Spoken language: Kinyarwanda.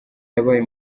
yabaye